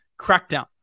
crackdown